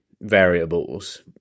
variables